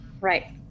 Right